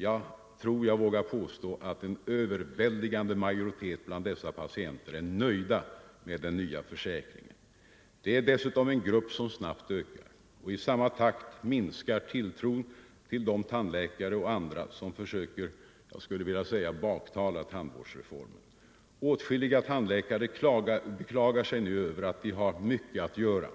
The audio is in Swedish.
Jag tror jag vågar påstå att en överväldigande majoritet av dessa patienter är nöjda med den nya försäkringen. Det är dessutom en grupp som snabbt ökar. I samma takt minskar tilltron till tandläkare och andra som försöker — jag skulle vilja säga — baktala tandvårdsreformen. Åtskilliga tandläkare beklagar sig nu över att de har mycket att göra.